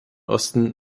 osten